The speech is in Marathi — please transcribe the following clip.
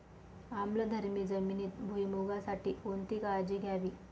आम्लधर्मी जमिनीत भुईमूगासाठी कोणती काळजी घ्यावी?